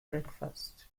breakfast